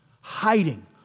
hiding